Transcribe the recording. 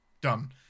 done